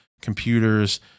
computers